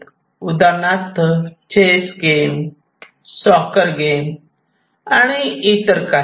उदाहरणार्थ chess game soccer game आणि इतर काही